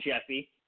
Jeffy